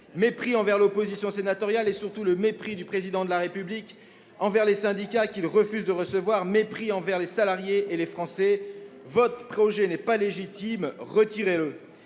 Mépris envers l'opposition sénatoriale. Mépris, surtout, du Président de la République envers les syndicats, qu'il refuse de recevoir. Mépris envers les salariés et les Français. Votre projet n'est pas légitime, retirez-le